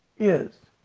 is,